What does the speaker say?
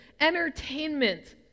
entertainment